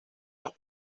las